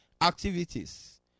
activities